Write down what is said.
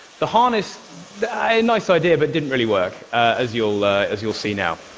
the harness a nice idea but it didn't really work, as you'll as you'll see now.